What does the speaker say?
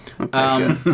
Okay